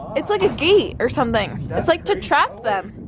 it's like a gate or something. it's like to trap them.